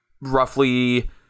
roughly